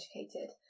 educated